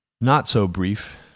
not-so-brief